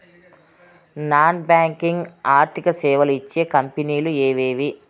Non banking ఆర్థిక సేవలు ఇచ్చే కంపెని లు ఎవేవి?